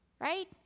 right